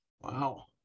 wow